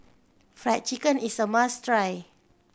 Fried Chicken is a must try